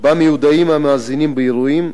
שבה מיודעים המאזינים באירועים,